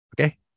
okay